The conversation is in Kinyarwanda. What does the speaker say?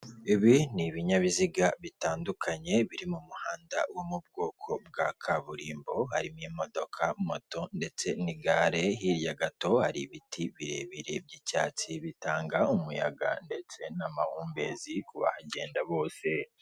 Ibi ni ibinyabiziga bitandukanye biri mu muhanda wo mu bwoko bwa kaburimbo, harimo imodoka moto ndetse n'igare hirya gato hari ibiti birebire by'icyatsi bitanga umuyaga ndetse n'amahumbezi kubahagenda bose.